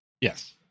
Yes